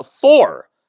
four